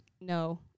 No